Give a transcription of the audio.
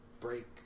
break